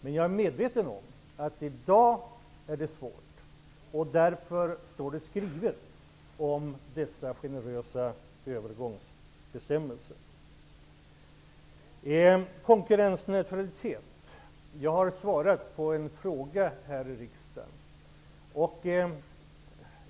Men jag är medveten om att det i dag är svårt, och därför har vi föreslagit dessa generösa övergångsbestämmelser. Jag har här i riksdagen svarat på en fråga om konkurrensneutraliteten.